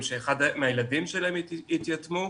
שאחד מהילדים שלהם התייתם.